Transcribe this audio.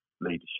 leadership